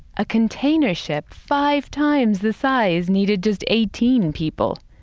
a container ship, five times the size, needed just eighteen people.